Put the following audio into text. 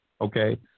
Okay